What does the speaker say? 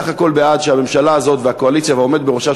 אני בסך הכול בעד שהממשלה הזו והקואליציה והעומד בראשה,